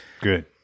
Good